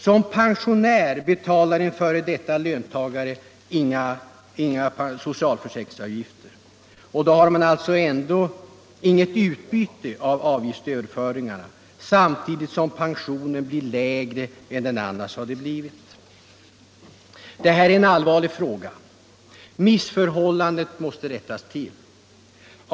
Som pensionär betalar en f. d. löntagare inga socialförsäkringsavgifter och då har han alltså ändå inget utbyte av avgiftsöverföringarna, men pensionen blir lägre än den annars hade blivit. Det här är en allvarlig fråga. Missförhållandet måste rättas till.